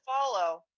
follow